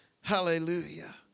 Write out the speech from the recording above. Hallelujah